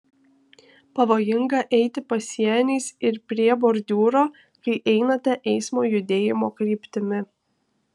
pavojinga eiti pasieniais ir prie bordiūro kai einate eismo judėjimo kryptimi